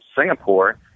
Singapore